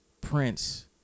Prince